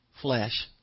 flesh